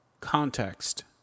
context